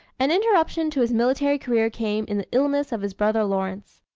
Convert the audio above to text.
an interruption to his military career came in the illness of his brother lawrence.